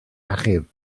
achub